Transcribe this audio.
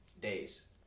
days